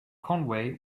conway